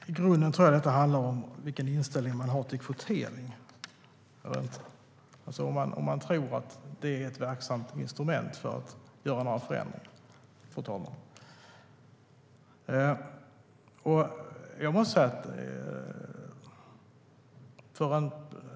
Fru talman! I grunden tror jag att det handlar om vilken inställning man har till kvotering, om man tror att det är ett verksamt instrument för att göra några förändringar.